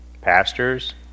Pastors